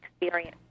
experience